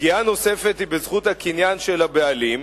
פגיעה נוספת היא בזכות הקניין של הבעלים,